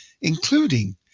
including